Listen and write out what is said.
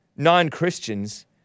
non-Christians